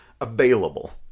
available